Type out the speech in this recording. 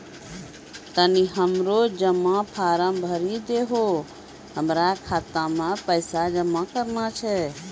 तनी हमरो जमा फारम भरी दहो, हमरा खाता मे पैसा जमा करना छै